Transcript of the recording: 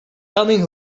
coming